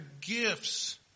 gifts